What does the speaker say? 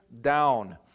down